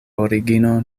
origino